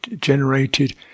generated